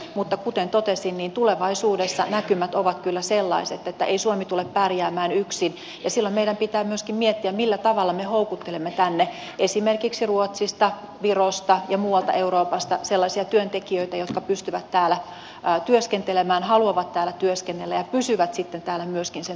mutta kuten totesin niin tulevaisuudessa näkymät ovat kyllä sellaiset että ei suomi tule pärjäämään yksin ja silloin meidän pitää myöskin miettiä millä tavalla me houkuttelemme tänne esimerkiksi ruotsista virosta ja muualta euroopasta sellaisia työntekijöitä jotka pystyvät täällä työskentelemään haluavat täällä työskennellä ja pysyvät sitten täällä myöskin sen työuran loppuun asti